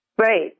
Right